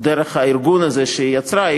דרך הארגון הזה שהיא יצרה,